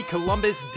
Columbus